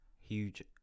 huge